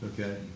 okay